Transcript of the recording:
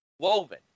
woven